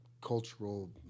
cultural